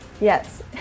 Yes